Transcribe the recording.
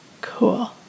Cool